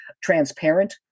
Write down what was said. transparent